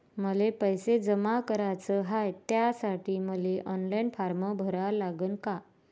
मले पैसे जमा कराच हाय, त्यासाठी मले ऑनलाईन फारम भरा लागन का?